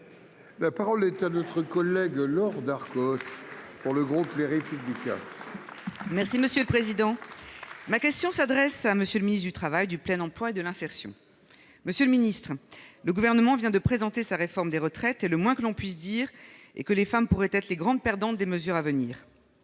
La parole est à notre collègue Laure Darcos pour le groupe Les Républicains. Merci monsieur le président, ma question s'adresse à monsieur le ministre du Travail, du plein emploi et de l'insertion. Monsieur le Ministre, le gouvernement vient de présenter sa réforme des retraites et le moins que l'on puisse dire est que les femmes pourraient être les grandes perdantes, des mesures à venir.